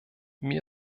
mir